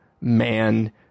man